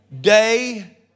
day